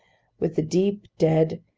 with the deep, dead,